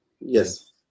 Yes